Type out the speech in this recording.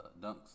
Dunks